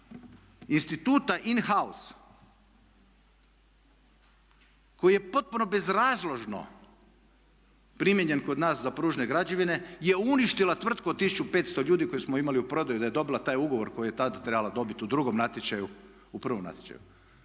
instituta in house koji je potpuno bezrazložno primijenjen kod nas za pružne građevine je uništila tvrtku od 1500 ljudi koje smo imali u prodaji, da je dobila taj ugovor koji je tada trebala dobiti u drugom natječaju, u prvom natječaju.